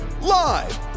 Live